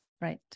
Right